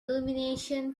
illumination